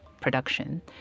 production